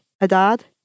Adad